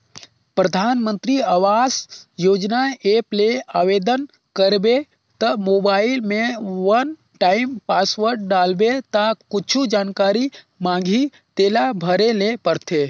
परधानमंतरी आवास योजना ऐप ले आबेदन करबे त मोबईल में वन टाइम पासवर्ड डालबे ता कुछु जानकारी मांगही तेला भरे ले परथे